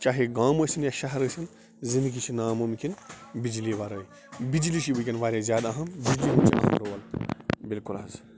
چاہے گام ٲسنۍ یا شَہر ٲسِنۍ زِندگی چھِ نا مُمکِن بِجلی وَرٲے بِجلی چھِ وٕنکیٚن وارِیاہ زیادٕ اہم بِجلی ہُنٛد چھُ أہم رول بلکُل حظ